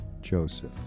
Joseph